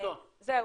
זהו.